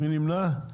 מי נמנע?